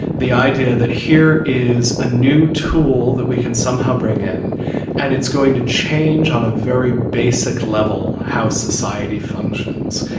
the idea that here is a new tool that we can somehow bring in and it's going to change on a very basic level how society functions.